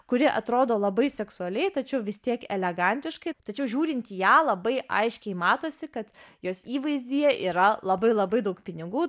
kuri atrodo labai seksualiai tačiau vis tiek elegantiškai tačiau žiūrint į ją labai aiškiai matosi kad jos įvaizdyje yra labai labai daug pinigų